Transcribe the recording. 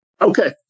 Okay